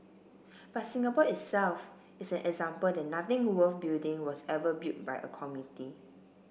but Singapore itself is an example that nothing worth building was ever built by a committee